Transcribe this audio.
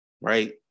right